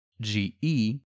g-e